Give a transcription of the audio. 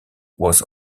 was